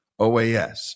OAS